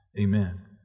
amen